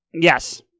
Yes